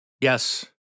Yes